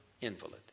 invalid